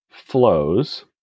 flows